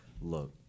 look